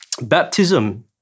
baptism